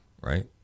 right